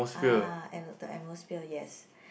ah at~ the atmosphere yes